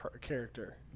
character